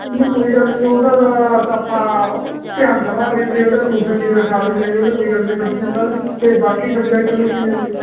ਨਹੀਂ ਕੋਈ ਗੱਲ ਨਹੀਂ ਉਹਦਾ ਤਾਂ ਆਪਾਂ ਧਿਆਨ ਦੇਵਾਂਗੇ ਅਤੇ ਉਹਦਾ ਟਿਊਸ਼ਨ ਵੀ ਰਖਾ ਦਿੰਦੇ ਆ ਜੀ ਉਹਨੇ ਕੋਈ ਗੱਲ ਨਹੀਂ ਬੱਚਿਆਂ ਦਾ ਅਤੇ ਬਾਕੀ ਸਬਜੈਕਟ 'ਚੋਂ ਕਿਵੇਂ ਆ ਜੀ